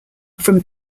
from